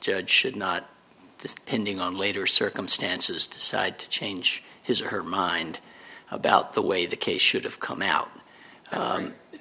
judge should not the pending on later circumstances decide to change his or her mind about the way the case should have come out